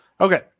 Okay